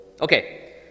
okay